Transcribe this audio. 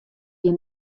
jim